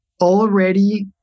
already